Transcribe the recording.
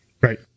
Right